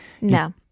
No